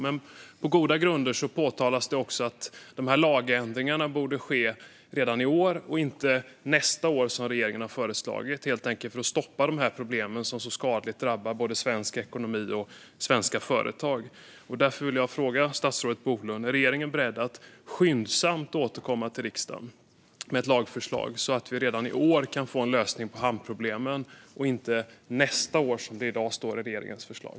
Men på goda grunder framhålls det att man borde göra de här lagändringarna redan i år - inte nästa år, som regeringen har föreslagit - för att stoppa dessa problem, som så skadligt drabbar både svensk ekonomi och svenska företag. Därför vill jag fråga statsrådet Bolund: Är regeringen beredd att skyndsamt återkomma till riksdagen med ett lagförslag så att vi kan få en lösning på hamnproblemen redan i år och inte nästa år, som det i dag står i regeringens förslag?